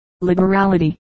liberality